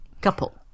couple